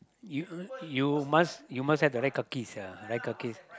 you you must have the right kakis yeah right kakis